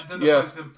Yes